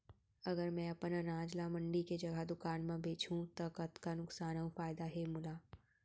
अगर मैं अपन अनाज ला मंडी के जगह दुकान म बेचहूँ त कतका नुकसान अऊ फायदा हे मोला?